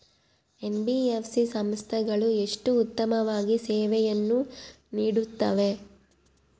NBFC ಸಂಸ್ಥೆಗಳು ಎಷ್ಟು ಉತ್ತಮವಾಗಿ ಸೇವೆಯನ್ನು ನೇಡುತ್ತವೆ?